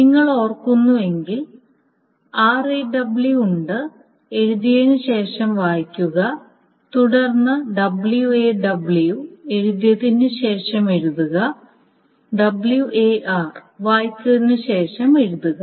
നിങ്ങൾ ഓർക്കുന്നുവെങ്കിൽ RAW ഉണ്ട് എഴുതിയതിനുശേഷം വായിക്കുക തുടർന്ന് WAW എഴുതിയതിന് ശേഷം എഴുതുക WAR വായിച്ചതിനുശേഷം എഴുതുക